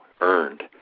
earned